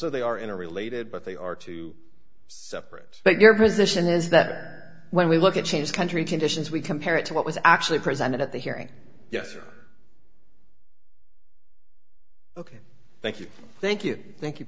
so they are interrelated but they are two separate but your position is that when we look at change the country conditions we compare it to what was actually presented at the hearing yes ok thank you thank you thank you